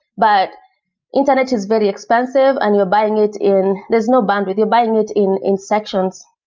but internet is very expensive and you're buying it in there's no bandwidth. you're buying it in in sections,